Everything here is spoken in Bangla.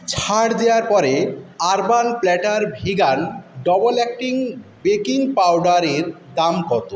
ছাড় দেওয়ার পরে Urban Platter vegan double acting baking পাউডারের দাম কত